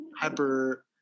hyper